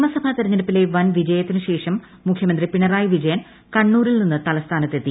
നിയമസഭാ തെരഞ്ഞെടുപ്പിലെ വൻ വിജയത്തിനുശേഷം മുഖ്യമന്ത്രി പിണറായി വിജയൻ കണ്ണൂരിൽ നിന്ന് തലസ്ഥാനത്തെത്തി